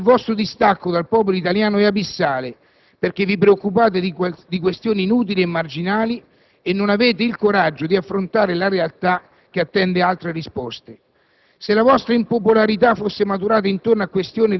Qui, per questo caso, valutiamo che il vostro distacco dal popolo italiano è abissale, perché vi preoccupate di questioni inutili e marginali e non avete il coraggio di affrontare la realtà che attende altre risposte.